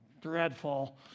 dreadful